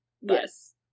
Yes